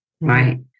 right